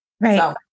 Right